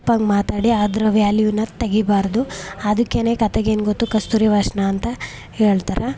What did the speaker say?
ತಪ್ಪಾಗಿ ಮಾತಾಡಿ ಅದರ ವ್ಯಾಲ್ಯೂನ ತೆಗಿಬಾರ್ದು ಅದಕ್ಕೇ ಕತ್ತೆಗೇನು ಗೊತ್ತು ಕಸ್ತೂರಿ ವಾಸ್ನೆ ಅಂತ ಹೇಳ್ತಾರೆ